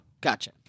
Gotcha